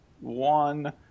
One